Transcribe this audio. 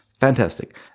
Fantastic